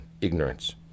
ignorance